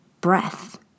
breath